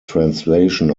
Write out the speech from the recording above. translation